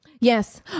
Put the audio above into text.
Yes